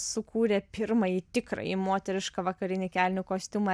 sukūrė pirmąjį tikrąjį moterišką vakarinį kelnių kostiumą